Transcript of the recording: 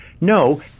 no